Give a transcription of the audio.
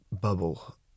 bubble